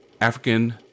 African